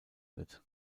wird